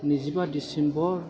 नैजिबा डिसिम्बर